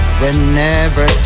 whenever